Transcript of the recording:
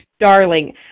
darling